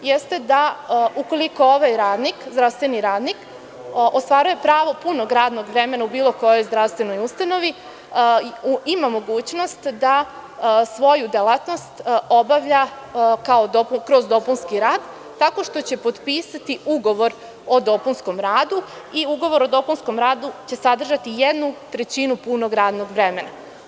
Ukoliko ovaj zdravstveni radnik ostvaruje pravo punog radnog vremena u bilo kojoj zdravstvenoj ustanovi, ima mogućnost da svoju delatnost obavlja kroz dopunski rad tako što će potpisati ugovor o dopunskom radu i ugovor o dopunskom radu će sadržati jednu trećinu punog radnog vremena.